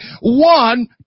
one